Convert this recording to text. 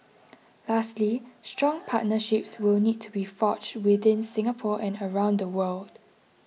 lastly strong partnerships will need to be forged within Singapore and around the world